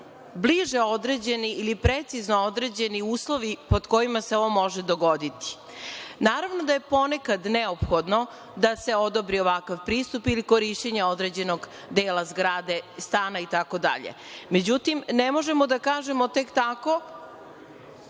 bliže određeni ili precizno određeni uslovi pod kojima se ovo može dogoditi. Naravno da je ponekad neophodno da se odobri ovakav pristup ili korišćenje određenog dela zgrade, stana itd.Međutim, ne možemo da kažemo tek tako